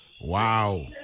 Wow